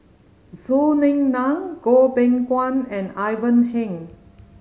Zhou Ying Nan Goh Beng Kwan and Ivan Heng